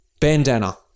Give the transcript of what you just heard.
Bandana